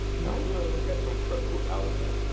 now, we're going to look at some critical elements.